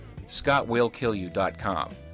ScottWillKillYou.com